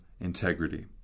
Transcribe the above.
integrity